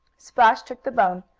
splash took the bone,